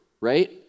right